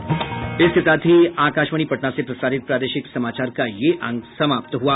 इसके साथ ही आकाशवाणी पटना से प्रसारित प्रादेशिक समाचार का ये अंक समाप्त हुआ